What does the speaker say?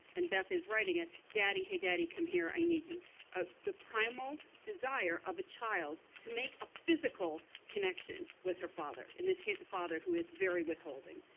and beth is writing it, daddy, hey daddy, come here, i need you ah the primal desire of a child to make a physical connection with her father, in this case a father who is very withholding,